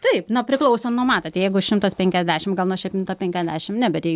taip na priklauso nu matot jeigu šimtas penkiasdešim gal nuo šimto penkiasdešim ne bet jei